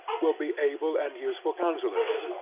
will be able and useful counsellors,